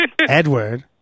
Edward